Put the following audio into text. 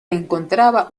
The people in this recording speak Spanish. encontraba